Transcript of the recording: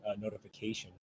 notification